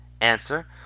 Answer